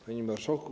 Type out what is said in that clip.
Panie Marszałku!